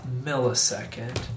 millisecond